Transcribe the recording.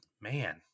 man